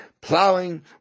plowing